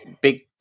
big